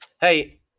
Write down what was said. Hey